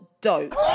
dope